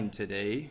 today